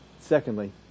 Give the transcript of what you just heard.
Secondly